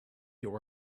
you